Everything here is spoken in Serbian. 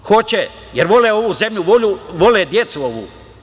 Hoće, hoće, jer vole ovu zemlju, vole decu ovu.